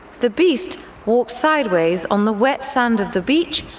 the beast walks sideways on the wet sand of the beach,